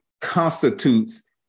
constitutes